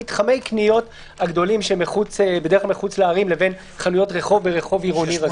מתחמי קניות גדולים שמחוץ לערים לבין חנויות רחוב ברחוב עירוני רגיל.